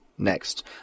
Next